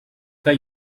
they